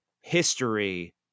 history